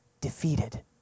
defeated